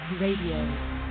Radio